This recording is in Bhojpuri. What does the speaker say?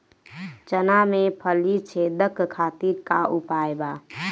चना में फली छेदक खातिर का उपाय बा?